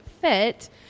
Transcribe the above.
fit